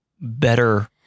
better